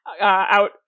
out